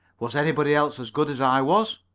was anybody else as good as i was?